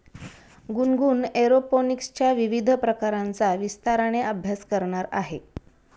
गुनगुन एरोपोनिक्सच्या विविध प्रकारांचा विस्ताराने अभ्यास करणार आहे